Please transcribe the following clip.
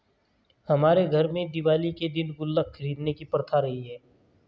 हमारे घर में दिवाली के दिन गुल्लक खरीदने की प्रथा रही है